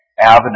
avenue